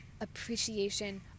appreciation